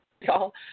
y'all